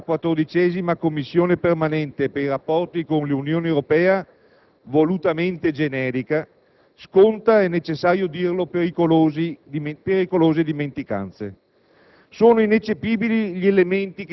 la risoluzione proposta dalla 14a Commissione permanente per i rapporti con l'Unione Europea, volutamente generica, sconta - è necessario dirlo - pericolose dimenticanze.